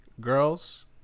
Girls